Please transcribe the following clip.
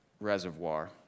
reservoir